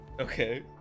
Okay